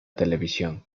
televisión